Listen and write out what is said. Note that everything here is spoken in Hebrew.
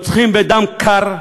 רוצחים בדם קר,